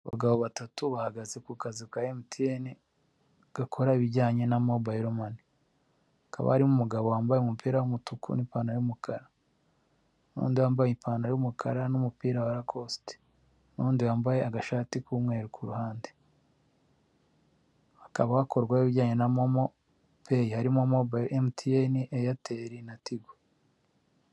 Abagabo batatu bahagaze ku kazi ka emutiyene gakora ibijyanye na mobayilomani, hakaba hari umugabo wambaye umupira w'umutuku n'ipantaro y'umukara, n'undi wambaye ipantaro y'umukara n'umupira wa rakosite, n'undi wambaye agashati k'umweru kuruhande, hababa hakorwa ibijyanye na momo peyi, harimo mobiro emutiyene, eyateri na tigo.